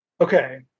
Okay